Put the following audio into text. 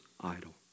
idol